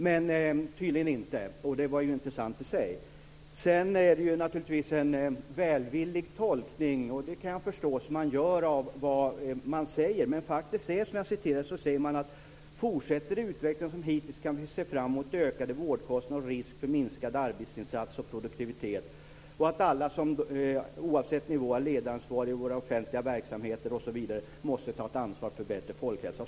Tydligen var det inte det, och det var ju intressant i sig. Sedan gör naturligtvis Kent Härstedt en välvillig tolkning, och det kan jag förstå, av vad man säger. Men vad man säger är faktiskt att om utvecklingen fortsätter som hittills kan vi se fram emot ökade vårdkostnader och risk för minskad arbetsinsats och produktivitet samt att alla som oavsett nivå har ledaransvar i våra offentliga verksamheter osv. måste ta ett ansvar för bättre folkhälsa.